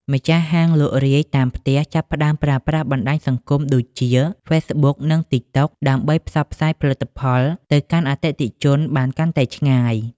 ម្ចាស់ហាងលក់រាយតាមផ្ទះចាប់ផ្ដើមប្រើប្រាស់បណ្ដាញសង្គមដូចជា ហ្វេសប៊ុក និង ទីកតុក ដើម្បីផ្សព្វផ្សាយផលិតផលទៅកាន់អតិថិជនបានកាន់តែឆ្ងាយ។